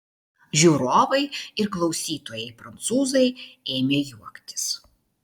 žiūrovai ir klausytojai prancūzai ėmė juoktis